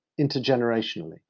intergenerationally